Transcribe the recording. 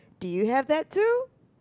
do you have that too